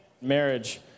marriage